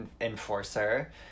enforcer